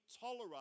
tolerate